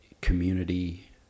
community